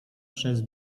przez